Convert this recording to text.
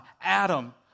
Adam